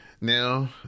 Now